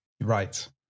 Right